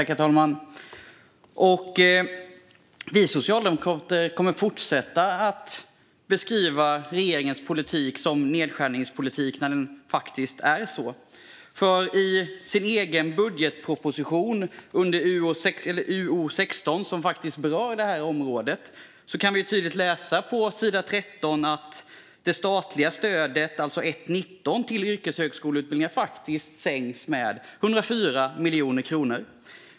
Herr talman! Vi socialdemokrater kommer att fortsätta beskriva regeringens politik som nedskärningspolitik när den faktiskt är det. I budgetpropositionen under Utgiftsområde 16, som berör detta område, kan vi tydligt läsa på sidan 13 att det statliga stödet, alltså 1:19, till yrkeshögskoleutbildningar faktiskt sänks med 104 miljoner kronor.